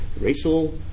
racial